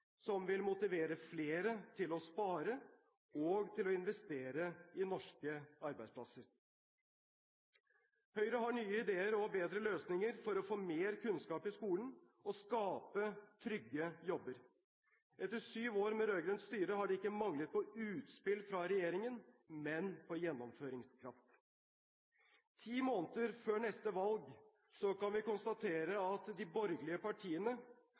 som vil motivere flere til å spare og til å investere i norske arbeidsplasser. Høyre har nye ideer og bedre løsninger for å få mer kunnskap i skolen og for å skape trygge jobber. Etter syv år med rød-grønt styre har det ikke manglet på utspill fra regjeringen, men på gjennomføringskraft. Ti måneder før neste valg kan vi konstatere at de borgerlige partiene